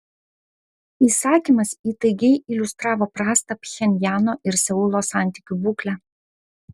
įsakymas įtaigiai iliustravo prastą pchenjano ir seulo santykių būklę